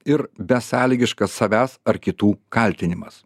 ir besąlygiškas savęs ar kitų kaltinimas